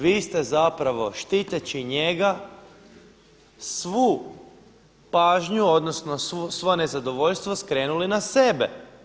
Vi ste zapravo štiteći njega svu pažnju, odnosno svo nezadovoljstvo skrenuli na sebe.